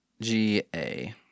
G-A